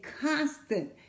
constant